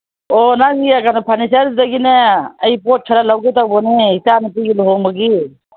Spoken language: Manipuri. ꯑꯣ ꯅꯪꯒꯤ ꯀꯩꯅꯣ ꯐꯔꯅꯤꯆꯔꯗꯨꯗꯒꯤꯅꯦ ꯑꯩ ꯄꯣꯠ ꯈꯔ ꯂꯧꯒꯦ ꯇꯧꯕꯅꯦ ꯏꯆꯥꯅꯨꯄꯤꯒꯤ ꯂꯨꯍꯣꯡꯕꯒꯤ